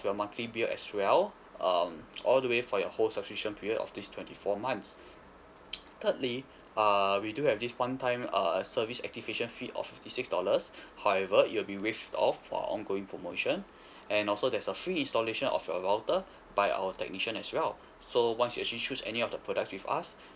your monthly bill as well um all the way for your whole subscription period of this twenty four months thirdly err we do have this one time err service activation fee of fifty six dollars however it'll be waived off for ongoing promotion and also there's a free installation of your router by our technician as well so once you actually choose any of the product with us